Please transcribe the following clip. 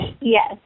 Yes